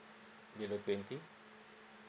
below twenty